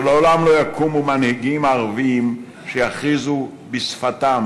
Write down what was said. שלעולם לא יקומו מנהיגים ערבים שיכריזו בשפתם,